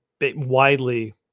widely